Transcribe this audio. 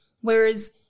whereas